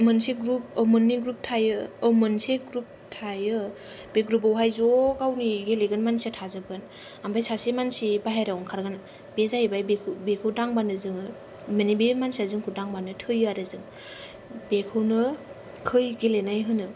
मोनसे ग्रुप मोननै ग्रुप थायो मोनसे ग्रुप थायो बे ग्रुपआवहाय ज' गावनि गेलेगोन मानसिया थाजोबगोन ओमफाय सासे मानसि बायह्रायाव ओंखारगोन बे जाहैबाय बेखौ दांब्लानो जोङो माने बे मानसिया जोंखौ दांब्लानो थैयो आरो जों बेखौनो खै गेलेनाय होनो